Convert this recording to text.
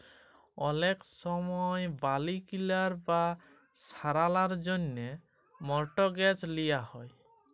অলেক সময় বাড়ি কিলার বা সারালর জ্যনহে মর্টগেজ লিয়া হ্যয়